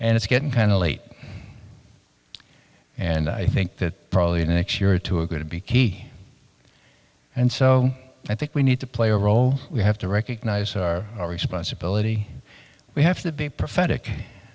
and it's getting kind of late and i think that probably in the next year or two are going to be key and so i think we need to play a role we have to recognise our responsibility we have to be prophetic